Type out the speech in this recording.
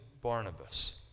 Barnabas